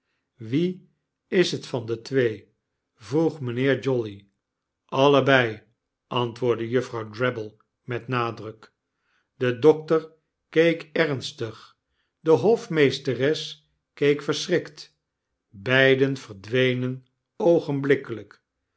wie is t van de twee vroeg mijnheer jolly allebei antwoordde juffrouw drabble met nadruk de dokter keek ernstig dehofmeestereskeek verschrikt beiden verdwenen